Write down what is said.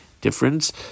difference